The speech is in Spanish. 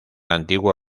antiguo